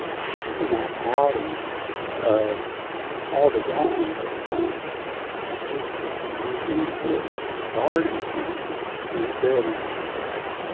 having that outing of all the wrongs that were done is just it's hugely important as a starting point for rebuilding your society.